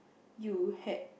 you had